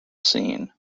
scene